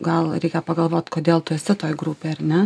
gal reikia pagalvot kodėl tu esi toj grupėj ar ne